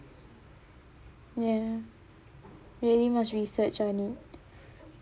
ya really must research on it